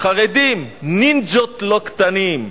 חרדים נינג'ות לא קטנים.